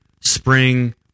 spring